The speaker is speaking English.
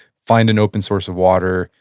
find an open source of water,